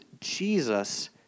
Jesus